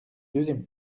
deuxième